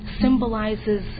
symbolizes